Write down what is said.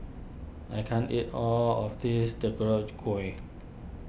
I can't eat all of this Gui